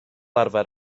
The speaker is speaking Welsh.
arfer